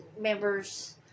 members